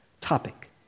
topic